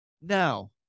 Now